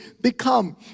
become